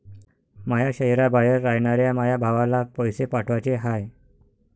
माया शैहराबाहेर रायनाऱ्या माया भावाला पैसे पाठवाचे हाय